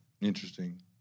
Interesting